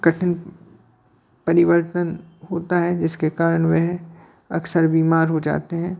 कठिन परिवर्तन होता है जिसके कारण वह अक्सर बीमार हो जाते हैं